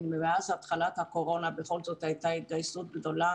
מאז התחלת הקורונה הייתה התגייסות גדולה